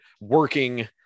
working